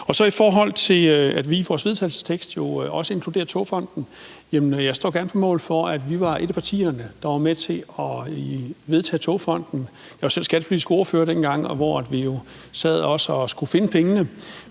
I forhold til at vi i vores forslag til vedtagelse jo også inkluderer Togfonden DK, står jeg gerne på mål for, at vi var et af partierne, der var med til at vedtage Togfonden DK. Jeg var selv skattepolitisk ordfører dengang, hvor vi jo også sad og skulle finde pengene.